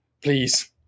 Please